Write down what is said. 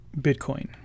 Bitcoin